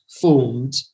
formed